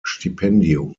stipendium